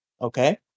okay